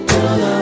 Girl